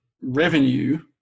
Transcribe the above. revenue